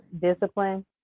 discipline